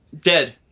Dead